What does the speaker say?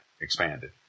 expanded